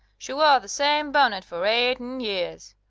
she wore the same bonnet for eighteen years.